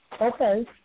Okay